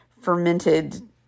fermented